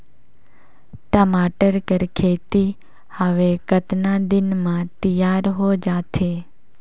टमाटर कर खेती हवे कतका दिन म तियार हो जाथे?